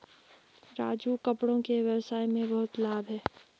राजू कपड़ों के व्यवसाय में बहुत लाभ है